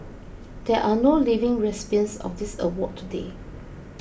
there are no living recipients of this award today